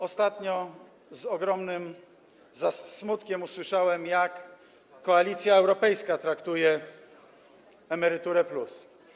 Ostatnio z ogromnym smutkiem usłyszałem, jak Koalicja Europejska traktuje „Emeryturę+”